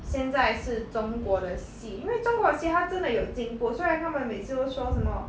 现在是中国的戏因为中国的戏它真的有进步虽然他们每此都说什么